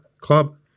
club